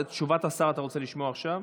אבל את תשובת השר אתה רוצה לשמוע עכשיו?